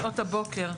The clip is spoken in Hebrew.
שעות הבוקר.